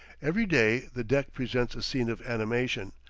every day the deck presents a scene of animation,